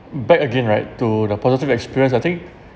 back again right to the positive experience I think